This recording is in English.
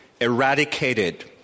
eradicated